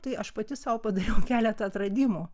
tai aš pati sau padariau keletą atradimų